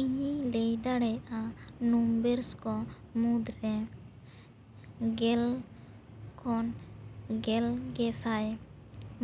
ᱤᱧᱤᱧ ᱞᱟᱹᱭ ᱫᱟᱲᱮᱭᱟᱜᱼᱟ ᱱᱩᱢᱵᱮᱞᱥ ᱠᱚ ᱢᱩᱫᱽᱨᱮ ᱜᱮᱞ ᱠᱷᱚᱱ ᱜᱮᱞ ᱜᱮᱥᱟᱭ